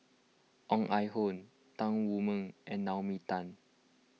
Ong Ah Hoi Tan Wu Meng and Naomi Tan